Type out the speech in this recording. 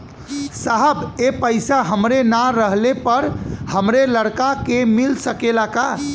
साहब ए पैसा हमरे ना रहले पर हमरे लड़का के मिल सकेला का?